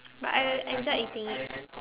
but I I like eating it